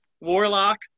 warlock